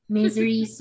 misery